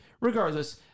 Regardless